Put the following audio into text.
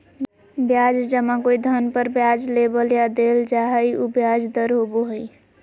ब्याज जमा कोई धन पर ब्याज लेबल या देल जा हइ उ ब्याज दर होबो हइ